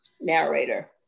Narrator